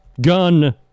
gun